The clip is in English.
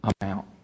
amount